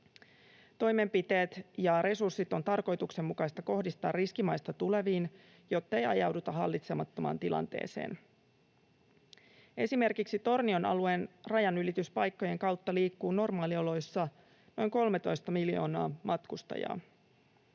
Toimenpiteet ja resurssit on tarkoituksenmukaista kohdistaa riskimaista tuleviin, jottei ajauduta hallitsemattomaan tilanteeseen. Esimerkiksi Tornion alueen rajanylityspaikkojen kautta liikkuu normaalioloissa noin 13 miljoonaa matkustajaa.